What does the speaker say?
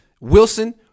Wilson